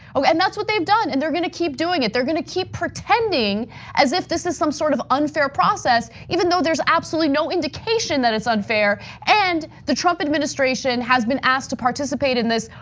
so and that's what they've done and they're gonna keep doing it, they're gonna keep pretending as if this is some sort of unfair process even though there's absolutely no indication that it's unfair. and the trump administration has been asked to participate in this,